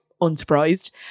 unsurprised